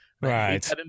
right